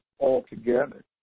altogether